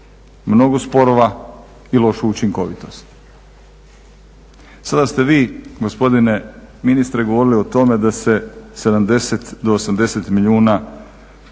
mnogo sporova i lošu učinkovitost. Sada ste vi gospodine ministre govorili o tome da se 70 do 80 milijuna